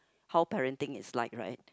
how parenting is like right